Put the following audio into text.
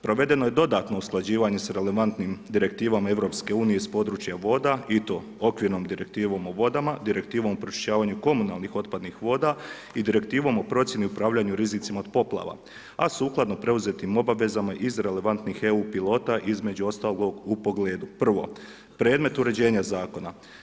Provedeno je dodatno usklađivanja sa relevantnim direktivama EU, s područja voda i to okvirnom direktivom o vodama, direktivom o pročišćavanju komunalnih otpadnih voda i direktivom o procjenu upravljanja rizicima o poplavama, a sukladno preuzetim obavezama iz relevantnih EU pilota, između ostalog u pogledu, prvo, predmet uređenja zakona.